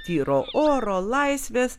tyro oro laisvės